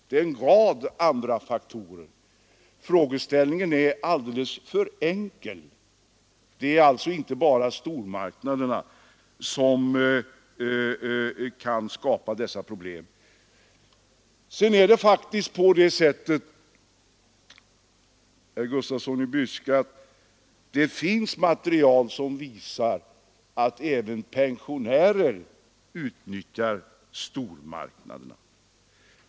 Det är en rad andra faktorer som spelar en avgörande roll i detta sammanhang. Det finns vidare, herr Gustafsson i Byske, material som visar att även pensionärer utnyttjar stormarknaderna.